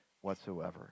whatsoever